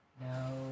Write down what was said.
No